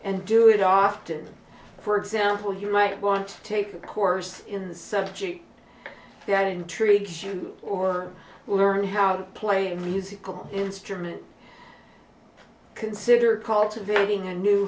and do it often for example you might want to take a course in the subject that intrigues you or learn how to play a musical instrument consider cultivating a new